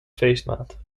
feestmaand